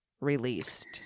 released